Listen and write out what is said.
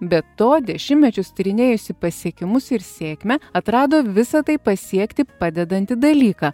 be to dešimtmečius tyrinėjusi pasiekimus ir sėkmę atrado visa tai pasiekti padedantį dalyką